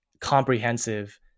comprehensive